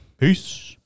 peace